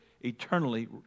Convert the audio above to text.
eternally